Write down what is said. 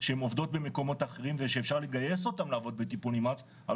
שהן עובדות במקומות אחרים ושאפשר לגייס אותן לעבוד בטיפול נמרץ אבל